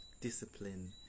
discipline